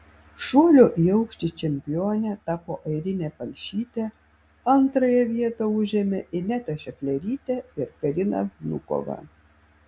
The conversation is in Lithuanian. šuolio į aukštį čempione tapo airinė palšytė antrąją vietą užėmė ineta šeflerytė ir karina vnukova